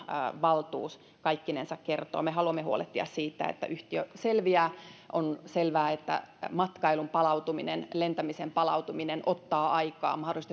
valtuus kaikkinensa kertoo me haluamme huolehtia siitä että yhtiö selviää on selvää että matkailun palautuminen lentämisen palautuminen ottaa aikaa mahdollisesti